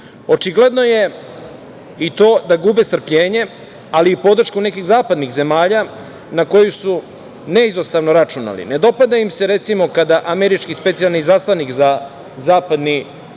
podršku? Očigledno je i to da gube strpljenje, ali i podršku nekih zapadnih zemalja na koju su neizostavno računali. Ne dopada im se, recimo, kada američki specijalni izaslanik za zapadni